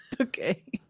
okay